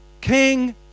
King